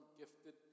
gifted